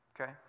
Okay